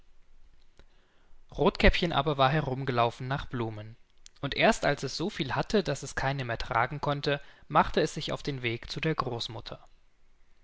rothkäppchen aber war herum gelaufen nach blumen und erst als es so viel hatte daß es keine mehr tragen konnte machte es sich auf den weg zu der großmutter